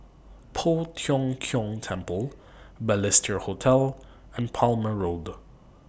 Poh Tiong Kiong Temple Balestier Hotel and Palmer Road